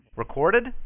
Recorded